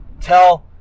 Tell